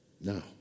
No